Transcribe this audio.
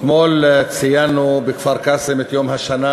אתמול ציינו בכפר-קאסם את יום השנה